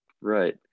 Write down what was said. Right